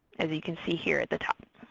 as you can see here at the top.